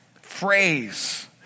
phrase